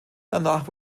danach